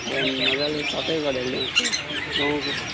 बिहान मजाले सफै गरेर ल्याउँछु गाउँको